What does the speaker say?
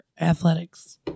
athletics